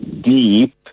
deep